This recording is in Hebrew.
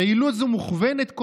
"פעילות זאת מוכוונת,